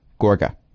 Gorga